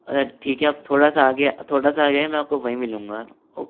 अच्छा ठीक है आप थोड़ा सा थोड़ा सा आगे आईए मैं आपको वहीं मिलूंगा ओके